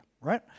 right